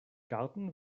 garten